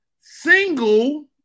single